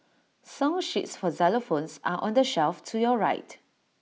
song sheets for xylophones are on the shelf to your right